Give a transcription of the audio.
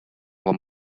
вам